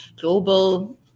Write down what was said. global